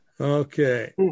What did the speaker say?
Okay